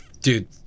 Dude